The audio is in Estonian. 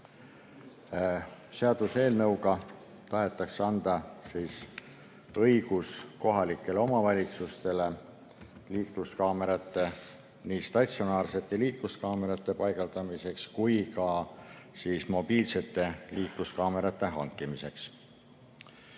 Seaduseelnõuga tahetakse anda kohalikele omavalitsustele õigus nii statsionaarsete liikluskaamerate paigaldamiseks kui ka mobiilsete liikluskaamerate hankimiseks.